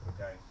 okay